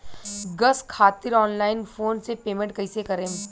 Gas खातिर online phone से payment कैसे करेम?